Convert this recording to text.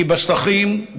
כי בשטחים,